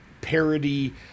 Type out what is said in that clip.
parody